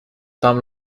tam